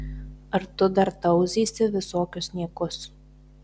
ar tu dar tauzysi visokius niekus